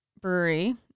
brewery